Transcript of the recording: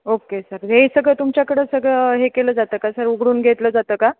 okay sir हे सगळं तुमच्याकडं सगळं हे केलं जातं का सर उघडून घेतलं जातं का